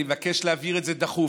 אני מבקש להעביר את זה דחוף,